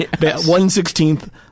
One-sixteenth